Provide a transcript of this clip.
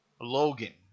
Logan